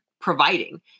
providing